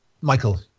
Michael